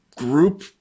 Group